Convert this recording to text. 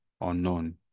unknown